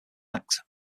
act